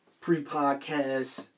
pre-podcast